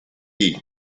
tea